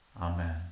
Amen